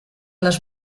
les